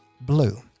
blue